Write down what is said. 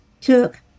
took